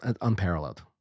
unparalleled